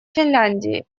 финляндии